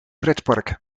pretpark